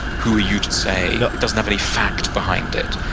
who are you to say it doesn't have any fact behind it?